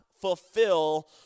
fulfill